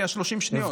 30 שניות.